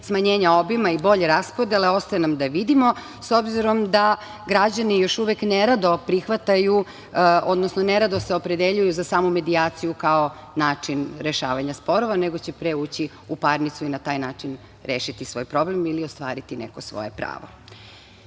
smanjenja obima i bolje raspodele ostaje nam da vidimo, s obzorom da građani još uvek ne rado prihvataju, odnosno ne rado se opredeljuju za samomedijaciju kao način rešavanja sporova, nego će pre ući u parnicu i na taj način rešiti svoj problem ili ostvariti neko svoje pravo. Na